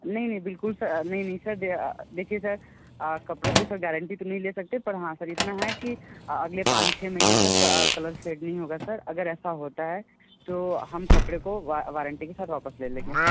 नहीं नहीं बिलकुल सर नहीं नहीं सर देखिये सर कपड़ों के सर गैरन्टी तो नहीं ले सकते पर हाँ सर इतना है कि अगले पाँच छः महीनों तक कलर फेड नहीं होगा सर अगर ऐसा होता है तो हम कपड़े को वारंटी के साथ वापस ले लेंगे